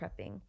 prepping